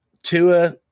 Tua